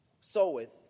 soweth